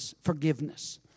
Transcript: forgiveness